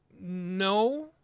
No